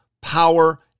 power